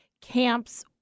camps